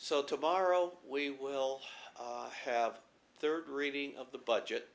so tomorrow we will have a third reading of the budget